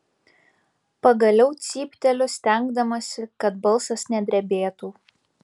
pagaliau cypteliu stengdamasi kad balsas nedrebėtų